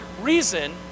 reason